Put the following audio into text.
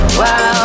wow